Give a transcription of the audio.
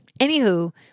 anywho